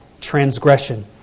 transgression